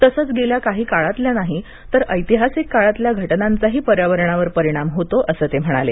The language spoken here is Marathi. तसंच गेल्या काही काळातल्या नाही तर ऐतिहासिक काळातल्या घटनांचा पर्यावरणावर परिणाम होतो असंही ते म्हणाले